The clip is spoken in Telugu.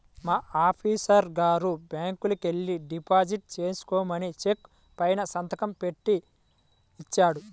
మా ఆఫీసరు గారు బ్యాంకుకెల్లి డిపాజిట్ చేసుకోమని చెక్కు పైన సంతకం బెట్టి ఇచ్చాడు